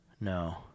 No